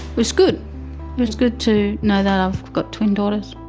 was good, it was good to know that i've got twin daughters.